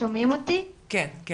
זה ליד